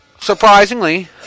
Surprisingly